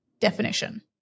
definition